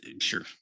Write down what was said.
sure